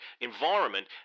environment